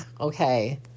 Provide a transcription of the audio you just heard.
okay